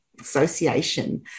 Association